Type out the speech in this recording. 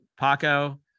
Paco